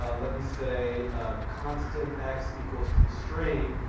ah let me say constant x equals constrain,